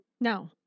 no